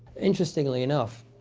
interestingly enough,